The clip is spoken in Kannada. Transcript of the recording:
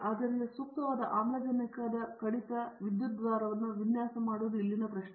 ಆದ್ದರಿಂದ ಸೂಕ್ತವಾದ ಆಮ್ಲಜನಕದ ಕಡಿತ ವಿದ್ಯುದ್ವಾರವನ್ನು ವಿನ್ಯಾಸ ಮಾಡುವುದು ಇಲ್ಲಿನ ಪ್ರಶ್ನೆ